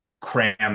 cram